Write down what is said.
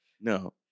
No